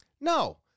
No